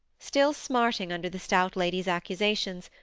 still smarting under the stout lady's accusations,